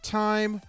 time